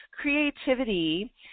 creativity